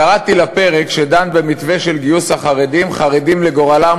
קראתי לפרק שדן במתווה של גיוס החרדים "חרדים לגורלם,